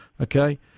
Okay